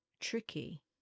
tricky